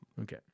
Okay